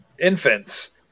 infants